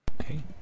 okay